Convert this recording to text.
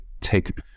take